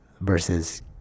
versus